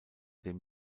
dem